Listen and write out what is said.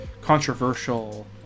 controversial